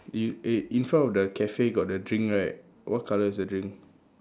you eh in front of the cafe got the drink right what colour is your drink